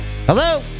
Hello